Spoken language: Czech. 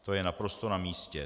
To je naprosto namístě.